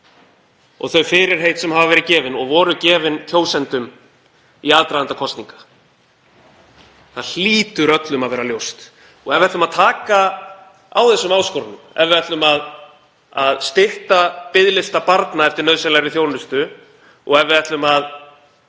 og þau fyrirheit sem hafa verið gefin og voru gefin kjósendum í aðdraganda kosninga. Það hlýtur öllum að vera ljóst. Ef við ætlum að taka á þessum áskorunum, ef við ætlum að stytta biðlista barna eftir nauðsynlegri þjónustu og ef við ætlum að